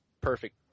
perfect